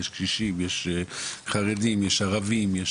יש קשישים יש חרדים יש ערבים,